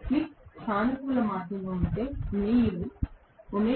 slip సానుకూల మార్గంగా ఉంటే మీరు అని